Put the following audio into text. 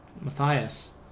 Matthias